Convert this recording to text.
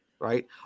right